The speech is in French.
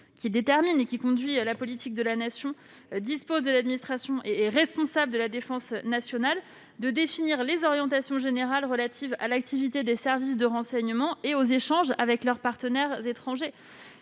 qui détermine et qui conduit la politique de la Nation, dispose de l'administration et est responsable de la défense nationale, de définir les orientations générales relatives à l'activité des services de renseignement et aux échanges avec leurs partenaires étrangers.